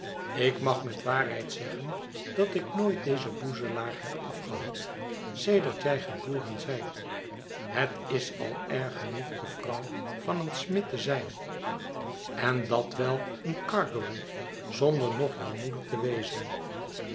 ik mag met waarheid zeggen dat ik nooit dezen boezelaar heb afgehad sedert jij geboren zijt het is al erg genoeg de vrouw van een smid te zijn en dat wel een gargery zonder nog jou moeder te wezen